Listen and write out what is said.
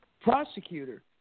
prosecutor